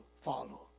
follow